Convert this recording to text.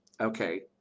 okay